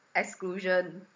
exclusion